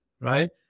right